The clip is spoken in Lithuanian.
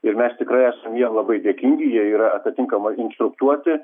ir mes tikrai esam jiem labai dėkingi jie yra atitinkamai instruktuoti